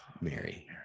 Mary